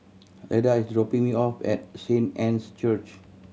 Leda is dropping me off at Saint Anne's Church